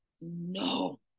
no